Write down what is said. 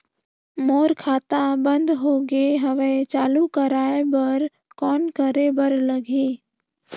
मोर खाता बंद हो गे हवय चालू कराय बर कौन करे बर लगही?